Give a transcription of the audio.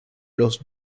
los